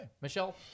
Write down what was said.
Michelle